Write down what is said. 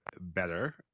better